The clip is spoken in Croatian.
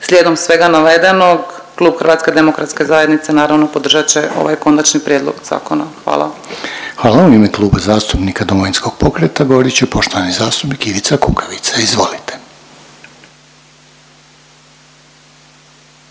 Slijedom svega navedenog klub Hrvatske demokratske zajednice naravno podržat će ovaj Konačni prijedlog zakona. Hvala. **Reiner, Željko (HDZ)** Hvala. U ime Kluba zastupnika Domovinskog pokreta govorit će poštovani zastupnik Ivica Kukavica. Izvolite.